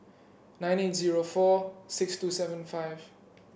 nine eight zero four six two seven five